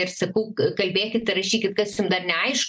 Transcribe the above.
ir sakau kalbėkit rašykit kas jum dar neaiš